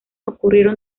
ocurrieron